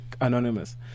Anonymous